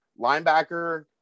Linebacker